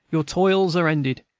your toils are ended,